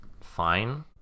fine